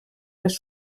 les